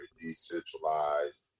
decentralized